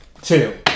Two